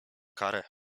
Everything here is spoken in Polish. karę